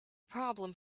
problem